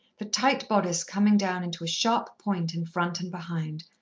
the tight bodice coming down into a sharp point in front and behind,